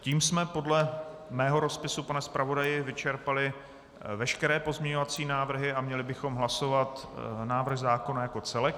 Tím jsme podle mého rozpisu, pane zpravodaji, vyčerpali veškeré pozměňovací návrhy a měli bychom hlasovat návrh zákona jako celek.